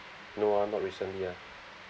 no ah not recently ah